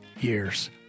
years